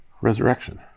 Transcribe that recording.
resurrection